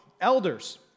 elders